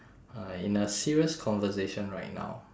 uh in a serious conversation right now